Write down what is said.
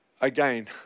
Again